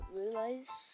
realize